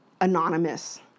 anonymous